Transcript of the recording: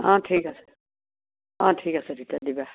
অঁ ঠিক আছে অঁ ঠিক আছে তেতিয়া দিবা